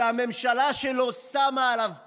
שהממשלה שלו שמה עליו פס?